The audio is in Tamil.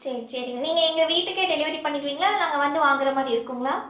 சரி சரிங்க நீங்கள் எங்கள் வீட்டுக்கே டெலிவரி பண்ணிடுவீங்களா இல்லை நாங்கள் வந்து வாங்குறமாதிரிருக்குங்ளா